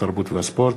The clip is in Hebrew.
התרבות והספורט.